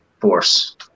force